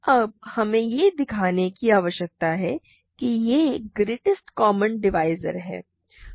अब हमें यह दिखाने की आवश्यकता है कि यह ग्रेटेस्ट कॉमन डिवाइज़र है